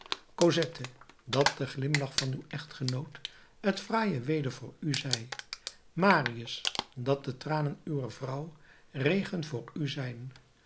cosette dat de glimlach van uw echtgenoot het fraaie weder voor u zij marius dat de tranen uwer vrouw regen voor u zijn